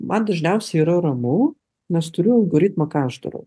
man dažniausiai yra ramu nes turiu algoritmą ką aš darau